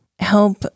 help